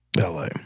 La